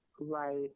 right